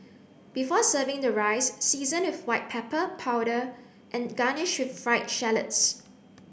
before serving the rice season with white pepper powder and garnish with fried shallots